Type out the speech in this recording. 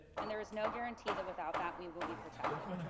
and there is no guarantee that without that we will be protected.